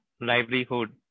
livelihood